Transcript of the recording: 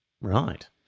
Right